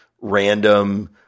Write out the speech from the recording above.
random